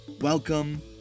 welcome